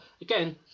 again